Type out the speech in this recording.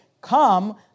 come